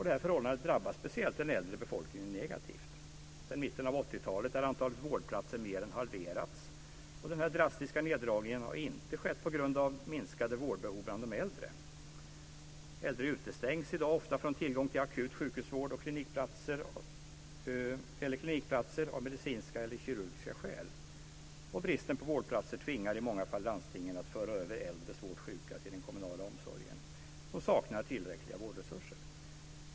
Det förhållandet drabbar speciellt den äldre befolkningen negativt. Sedan 1980-talet har antalet vårdplatser mer än halverats. Den drastiska neddragningen har inte skett på grund av minskade vårdbehov bland de äldre. Äldre utestängs i dag ofta från tillgång till akut sjukhusvård eller klinikplatser av medicinska eller kirurgiska skäl. Bristen på vårdplatser tvingar i många fall landstingen att föra över äldre svårt sjuka till den kommunala omsorgen, som saknar tillräckliga vårdresurser.